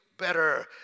better